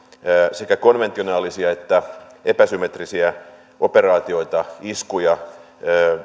sekä konventionaalisia että epäsymmetrisiä operaatioita iskuja